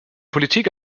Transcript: politik